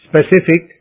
specific